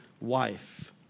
wife